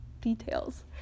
details